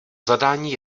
zadání